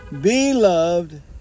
Beloved